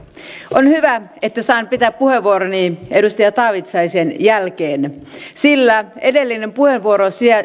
on hyvä että saan pitää puheenvuoroni edustaja taavitsaisen jälkeen sillä edellinen puheenvuoro